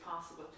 possible